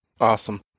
Awesome